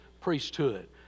priesthood